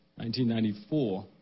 1994